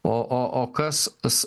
o o o kas s